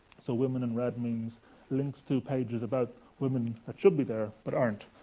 so women in red means links to pages about women that should be there but aren't.